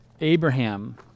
Abraham